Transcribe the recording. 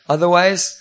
Otherwise